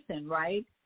right